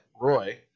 Roy –